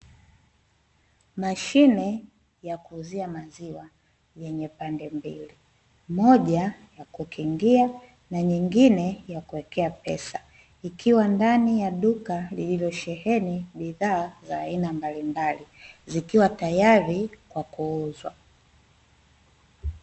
Mashine ya kuuzia maziwa yenye pande mbili moja ya kukingia na nyingine ya kuwekea pesa, ikiwa ndani ya duka lililosheheni bidhaa za aina mbalimbali zikiwa tayari kwa kuuzwa.